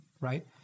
right